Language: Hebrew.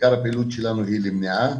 עיקר הפעילות שלנו היא במניעה